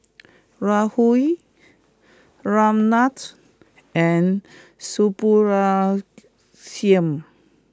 Rahul Ramnath and Subbulakshmi